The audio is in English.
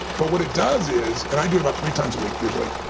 but what it does is and i do it about three times a week usually,